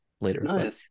later